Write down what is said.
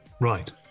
Right